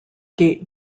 gate